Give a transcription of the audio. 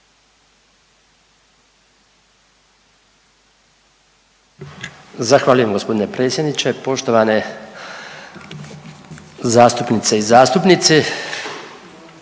Zahvaljujem gospodine predsjedniče. Poštovane zastupnice i zastupnici,